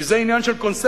כי זה עניין של קונספציה.